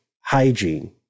hygiene